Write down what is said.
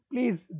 Please